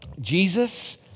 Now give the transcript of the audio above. Jesus